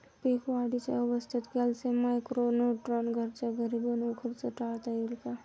पीक वाढीच्या अवस्थेत calcium, micro neutron घरच्या घरी बनवून खर्च टाळता येईल का?